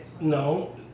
No